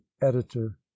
editor